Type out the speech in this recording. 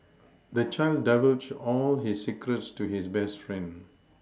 the child divulged all his secrets to his best friend